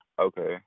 okay